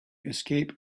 escape